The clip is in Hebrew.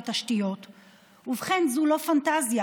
ובכן, זו לא פנטזיה,